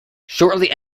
shortly